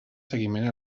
seguiment